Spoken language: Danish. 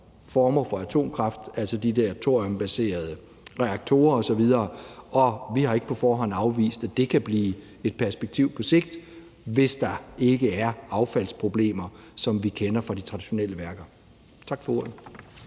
former for atomkraft, altså de der thoriumbaserede reaktorer osv. Og vi har ikke på forhånd afvist, at det kan blive et perspektiv på sigt, hvis der ikke er affaldsproblemer, som vi kender dem fra de traditionelle værker. Tak for ordet.